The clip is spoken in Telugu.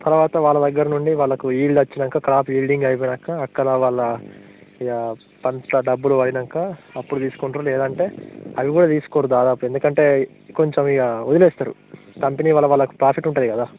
తర్వాత వాళ్ళ దగ్గర నుండి వాళ్ళకు ఈల్డ్ వచ్చినాక క్రాప్ ఈల్డింగ్ అయిపోయినాక అక్కడ వాళ్ళ ఇక అంతా డబ్బులు అయినాక అప్పుడు తీసుకుంటారు లేదంటే అవి కూడా తీసుకోరు దాదాపు ఎందుకంటే కొంచెం ఇకవదిలేస్తరు కంపెనీ వల్ల వాళ్లకు ప్రాఫిట్ ఉంటుంది కదా